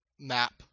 map